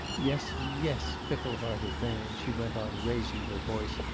yes, yes, fickle-hearted man she went on raising her voice,